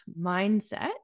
mindset